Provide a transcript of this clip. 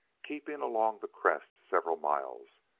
keeping along the crest several miles,